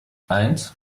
eins